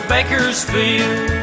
Bakersfield